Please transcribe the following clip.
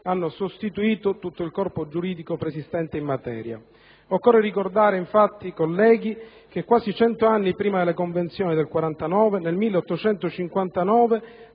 hanno sostituito tutto il corpo giuridico preesistente in materia. Occorre ricordare, colleghi, che quasi 100 anni prima delle Convenzioni del 1949, nel 1859,